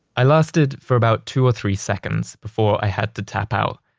i lasted for about two or three seconds before i had to tap out,